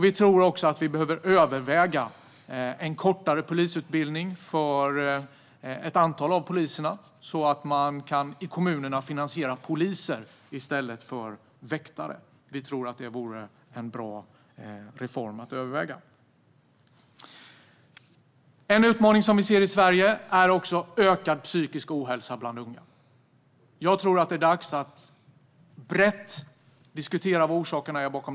Vi tror också att vi behöver överväga en kortare polisutbildning för ett antal poliser så att kommunerna kan finansiera poliser i stället för väktare. Vi tror att det vore en bra reform att överväga. En utmaning i Sverige är ökad psykisk ohälsa bland unga. Jag tror att det är dags att brett diskutera orsakerna.